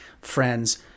friends